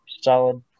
Solid